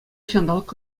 ҫанталӑк